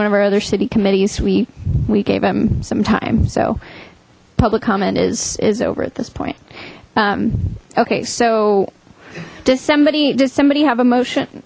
our other city committee suite we gave him some time so public comment is is over at this point okay so does somebody does somebody have a motion